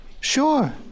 Sure